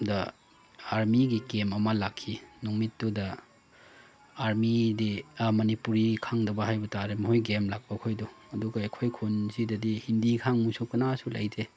ꯗ ꯑꯥꯔꯃꯤꯒꯤ ꯀꯦꯝ ꯑꯃ ꯂꯥꯛꯈꯤ ꯅꯨꯃꯤꯠꯇꯨꯗ ꯑꯥꯔꯃꯤꯗꯤ ꯃꯅꯤꯄꯨꯔꯤ ꯈꯪꯗꯕ ꯍꯥꯏꯕ ꯇꯥꯔꯦ ꯃꯈꯣꯏ ꯀꯦꯝ ꯂꯥꯛꯄ ꯈꯣꯏꯗꯣ ꯑꯗꯨꯒ ꯑꯩꯈꯣꯏ ꯈꯨꯟꯁꯤꯗꯗꯤ ꯍꯤꯟꯗꯤ ꯈꯪꯕꯁꯨ ꯀꯅꯥꯁꯨ ꯂꯩꯇꯦ